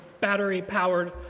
battery-powered